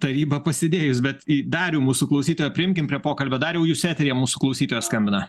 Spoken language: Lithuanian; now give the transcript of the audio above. taryba pasidėjus bet į darių mūsų klausytoją priimkim prie pokalbio dariau jūs eteryje mūsų klausytojas skambina